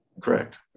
Correct